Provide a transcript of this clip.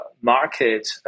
market